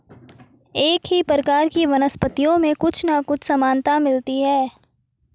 एक ही प्रकार की वनस्पतियों में कुछ ना कुछ समानता मिलती है